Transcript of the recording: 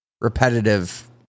repetitive